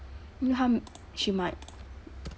then 她 m~ she might